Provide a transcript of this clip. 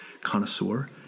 connoisseur